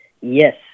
Yes